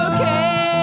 Okay